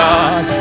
God